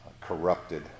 corrupted